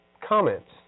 comments